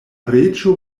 reĝo